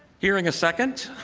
hearing a second,